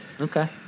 Okay